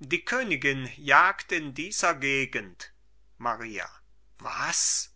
die königin jagt in dieser gegend maria was